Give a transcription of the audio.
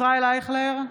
ישראל אייכלר,